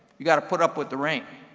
you've got to put up with the rain.